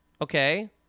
okay